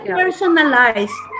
personalized